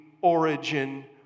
origin